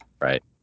Right